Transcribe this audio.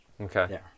Okay